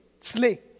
Slay